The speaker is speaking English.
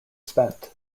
spent